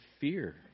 fear